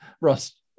Ross